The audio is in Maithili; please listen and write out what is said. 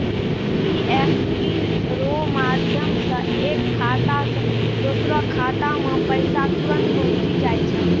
ई.एफ.टी रो माध्यम से एक खाता से दोसरो खातामे पैसा तुरंत पहुंचि जाय छै